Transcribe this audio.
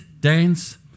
dance